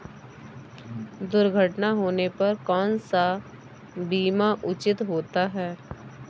दुर्घटना होने पर कौन सा बीमा उचित होता है?